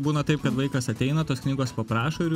būna taip kad vaikas ateina tos knygos paprašo ir